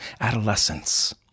adolescence